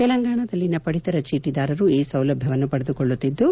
ತೆಲಂಗಾಣಾದಲ್ಲಿನ ಪಡಿತರ ಚೀಟಿದಾರರು ಈ ಸೌಲಭ್ಣವನ್ನು ಪಡೆದುಕೊಳ್ಳುತ್ತಿದ್ದು